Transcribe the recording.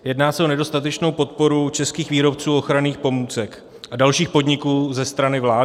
Jedná se o nedostatečnou podporu českých výrobců ochranných pomůcek a dalších podniků ze strany vlády.